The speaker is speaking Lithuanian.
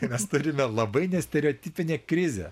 mes turime labai nestereotipinę krizę